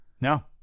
No